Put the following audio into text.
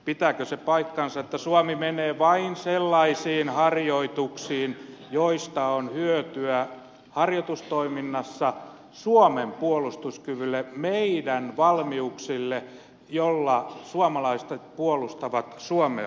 pitääkö se paikkansa että suomi menee vain sellaisiin harjoituksiin joista on hyötyä harjoitustoiminnassa suomen puolustuskyvylle meidän valmiuksillemme joilla suomalaiset puolustavat suomea